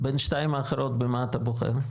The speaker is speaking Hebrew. בין השתיים האחרות, במה אתה בוחר?